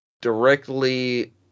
directly